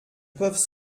peuvent